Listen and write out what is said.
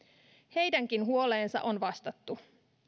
heidänkin huoleensa on vastattu